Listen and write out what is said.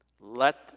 Let